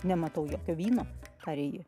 nematau jokio vyno tarė ji